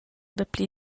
dapli